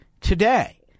today